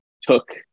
took